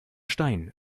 stein